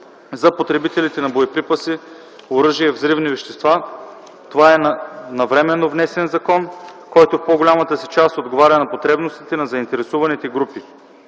за потребителите на боеприпаси, оръжия, взривни вещества, това е навременно внесен закон, който в по-голямата си част отговаря на потребностите на заинтересованите групи.